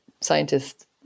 scientists